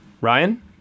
Ryan